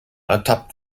ertappt